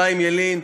חיים ילין,